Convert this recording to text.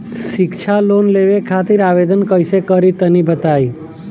शिक्षा लोन लेवे खातिर आवेदन कइसे करि तनि बताई?